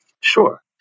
Sure